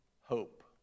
hope